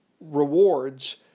rewards